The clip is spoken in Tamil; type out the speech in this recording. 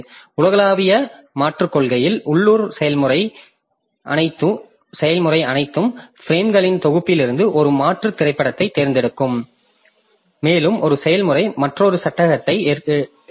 உலகளாவிய மாற்றுக் கொள்கையில் உள்ளூரில் செயல்முறை அனைத்து பிரேம்களின் தொகுப்பிலிருந்து ஒரு மாற்றுத் திரைப்படத்தைத் தேர்ந்தெடுக்கும் மேலும் ஒரு செயல்முறை மற்றொரு சட்டகத்தை எடுக்கலாம்